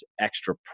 extra